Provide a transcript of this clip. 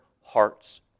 hearts